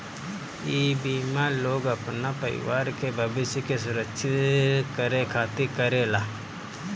इ बीमा लोग अपना परिवार के भविष्य के सुरक्षित करे खातिर करेला